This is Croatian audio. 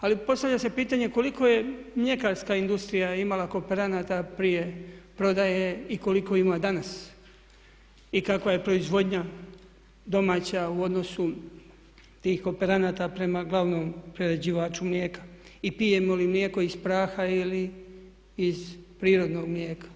Ali postavlja se pitanje koliko je mljekarska industrija imala kooperanata prije prodaje i koliko ima danas i kakva je proizvodnja domaća u odnosu tih kooperanata prema glavnom prerađivaču mlijeka i pijemo li mlijeko iz praha ili iz prirodnog mlijeka.